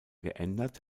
geändert